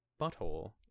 butthole